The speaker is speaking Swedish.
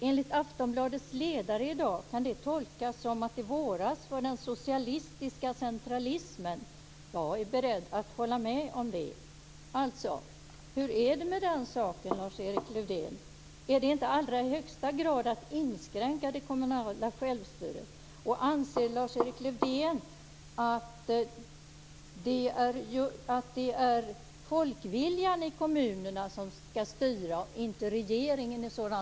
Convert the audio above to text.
Enligt Aftonbladets ledare i dag kan det tolkas så att det våras för den socialistiska centralismen. Jag är beredd att hålla med om det. Alltså: Hur är det med den saken, Lars-Erik Lövdén? Är det inte att i allra högsta grad inskränka det kommunala självstyret? Anser Lars-Erik Lövdén att det i sådana här fall är folkviljan i kommunerna som ska styra, inte regeringen?